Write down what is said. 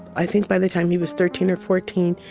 i think by the time he was thirteen or fourteen,